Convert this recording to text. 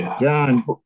John